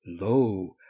Lo